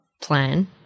plan